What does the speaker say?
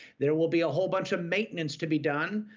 there will be a whole bunch of maintenance to be done,